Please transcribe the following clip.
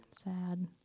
Sad